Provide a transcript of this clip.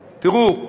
תראו,